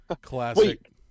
Classic